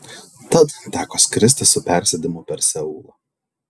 tad teko skristi su persėdimu per seulą